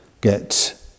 get